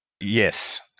Yes